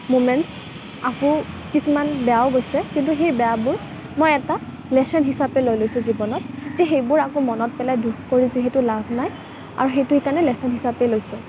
moments আকৌ কিছুমান বেয়াও গৈছে কিন্তু সেই বেয়াবোৰ মই এটা লেচন হিচাপে লৈ লৈছোঁ জীৱনত যে সেইবোৰ আকৌ মনত পেলাই দুখ কৰি যিহেতু লাভ নাই আৰু সেইটো সেইকাৰণে লেচন হিচাপে লৈছোঁ